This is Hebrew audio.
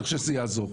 אני חושב שזה יעזור.